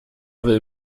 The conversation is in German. will